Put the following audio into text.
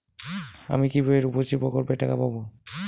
আমি কিভাবে রুপশ্রী প্রকল্পের টাকা পাবো?